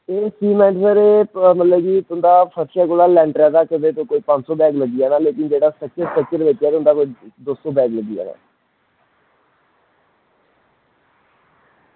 एह् सीमेंट सिर्फ मतलब की तुंदा लैंटरे तगर कोई पंज सौ बैग लग्गी जाना लेकिन एह् जेह्ड़ा स्ट्रक्चर बिच ऐ इंदा कोई दौ सौ बैग लग्गी जाना